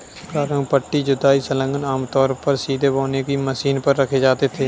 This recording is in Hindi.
प्रारंभिक पट्टी जुताई संलग्नक आमतौर पर सीधे बोने की मशीन पर रखे जाते थे